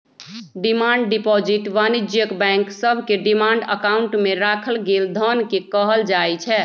demand deposit वाणिज्यिक bank सभके demand account में राखल गेल धन के कहल जाइ छै